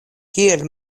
kiel